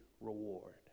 reward